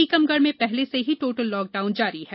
टीकमगढ़ में पहले से ही टोटल लॉकडाउन जारी है